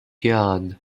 jahn